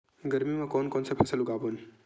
गरमी मा कोन कौन से फसल उगाबोन?